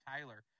Tyler